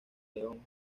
león